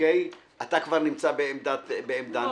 אתה כבר נמצא בעמדה נחותה.